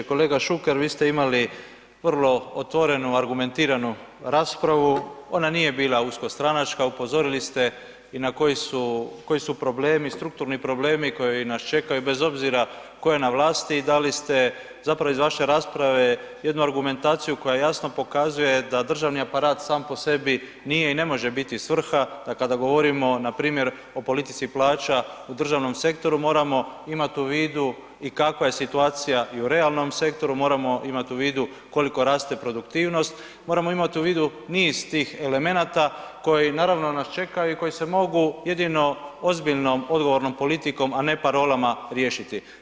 Kolega Šuker vi ste imali vrlo otvorenu, argumentiranu raspravu, ona nije bila uskostranačka, upozorili ste i na koji su, koji su problemi, strukturni problemi koji nas čekaju tko je na vlasti i dali ste zapravo iz vaše rasprave jednu argumentaciju koja jasno pokazuje da državni aparat sam po sebi nije i ne može biti svrha, da kada govorimo npr. o politici plaća u državnom sektoru moramo imati u vidu i kakva je situacija i u realnom sektoru, moramo imati u vidu koliko raste produktivnost, moramo imati u vidu niz tih elemenata koji naravno nas čekaju i koji se mogu jedino ozbiljnom odgovornom politikom, a ne parolama riješiti.